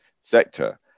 sector